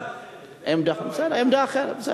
זה עמדה אחרת.